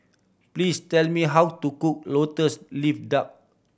please tell me how to cook Lotus Leaf Duck